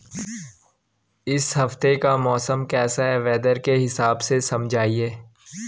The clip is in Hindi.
इस हफ्ते का मौसम कैसा है वेदर के हिसाब से समझाइए?